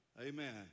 Amen